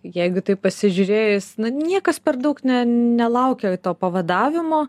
jeigu taip pasižiūrėjus niekas per daug ne nelaukia to pavadavimo